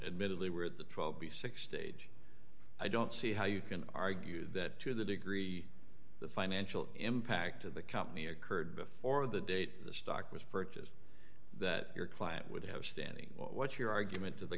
admittedly were the twelve b six stage i don't see how you can argue that to the degree the financial impact to the company occurred before the date the stock was purchased that your client would have standing what your argument to the